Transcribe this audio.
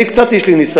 אני קצת יש לי ניסיון.